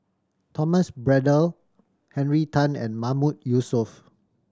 Thomas Braddell Henry Tan and Mahmood Yusof